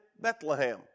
Bethlehem